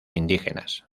indígenas